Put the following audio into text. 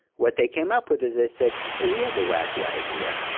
what they came up with is they said, hey, we have a wacky idea.